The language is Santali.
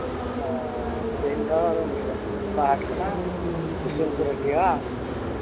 ᱚ ᱛᱮᱦᱮᱧ ᱫᱚ ᱚᱠᱟ ᱦᱟᱴ ᱠᱟᱱᱟ ᱦᱟᱹᱴᱭᱟᱹ ᱵᱟᱝ